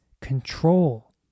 control